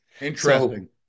Interesting